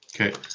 Okay